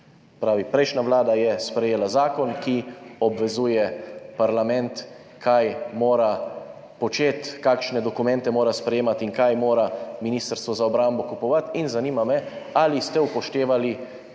pravi, prejšnja vlada je sprejela zakon, ki obvezuje parlament, kaj mora početi, kakšne dokumente mora sprejemati in kaj mora Ministrstvo za obrambo kupovati, in zanima me, ali ste upoštevali,